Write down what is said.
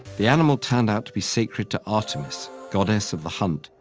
the animal turned out to be sacred to artemis, goddess of the hunt,